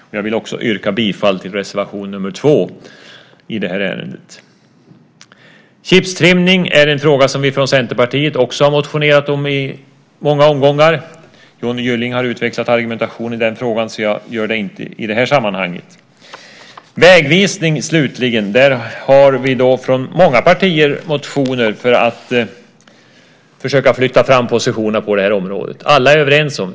Jag vill också yrka bifall till reservation nr 2 i det ärendet. Frågan om chiptrimning är en fråga som vi från Centerpartiet också har motionerat om i många omgångar. Johnny Gylling har utvecklat argumentationen i den frågan, så jag gör det inte i det här sammanhanget. Slutligen till frågan om vägvisning. Där har vi från många partier motioner för att försöka flytta fram positionerna på området. Alla är överens om det.